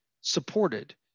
supported